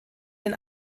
den